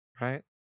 right